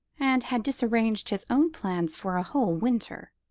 and had disarranged his own plans for a whole winter.